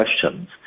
questions